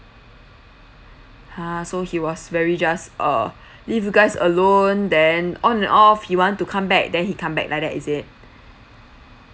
ha so he was very just err leave you guys alone then on and off he want to come back then he come back like that is it